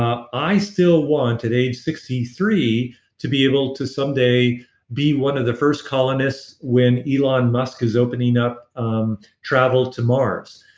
um i still want at age sixty three to be able to someday be one of the first colonists when elon musk is opening up um travel to mars.